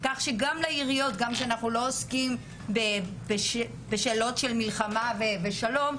כך שגם לעיריות גם כשאנחנו לא עוסקים בשאלות של מלחמה ושלום,